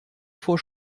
vor